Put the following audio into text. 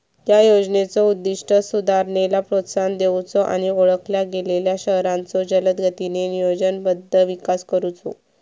या योजनेचो उद्दिष्ट सुधारणेला प्रोत्साहन देऊचो आणि ओळखल्या गेलेल्यो शहरांचो जलदगतीने नियोजनबद्ध विकास करुचो